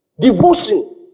Devotion